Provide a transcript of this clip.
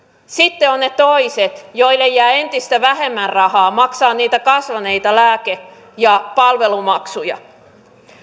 sitten ovat ne toiset joille jää entistä vähemmän rahaa maksaa niitä kasvaneita lääke ja palvelumaksuja